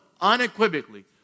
unequivocally